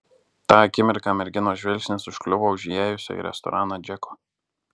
tą akimirką merginos žvilgsnis užkliuvo už įėjusio į restoraną džeko